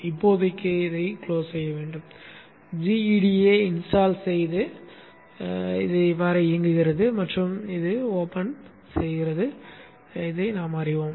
இப்போதைக்கு இதை மூடவும் gEDA இன்ஸ்டால் செய்யப்பட்டு இயங்குகிறது மற்றும் அது திறக்கிறது என்பதை நாம் அறிவோம்